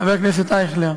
חבר הכנסת אייכלר.